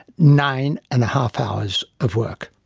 nine and a half hours of work.